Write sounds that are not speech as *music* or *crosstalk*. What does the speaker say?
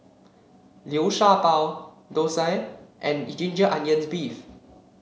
Liu Sha Bao Dosa and *unintelligible* Ginger Onions beef